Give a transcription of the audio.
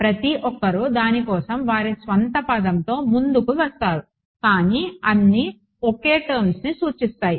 ప్రతి ఒక్కరూ దాని కోసం వారి స్వంత పదంతో ముందుకు వస్తారు కానీ అన్ని ఒకే టర్మ్స్ ని సూచిస్తాయి